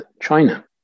China